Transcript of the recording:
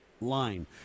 line